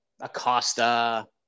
Acosta